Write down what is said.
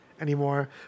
anymore